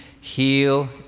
heal